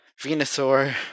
venusaur